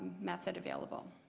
method available.